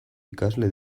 ikasle